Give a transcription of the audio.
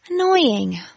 Annoying